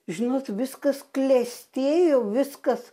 žinot viskas klestėjo viskas